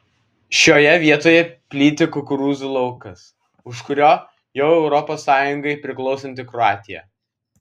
šioje vietoje plyti kukurūzų laukas už kurio jau europos sąjungai priklausanti kroatija